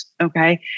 Okay